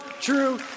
true